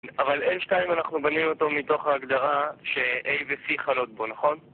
אבל N2, אנחנו בנים אותו מתוך ההגדרה ש-A ו-C חלות פה, נכון?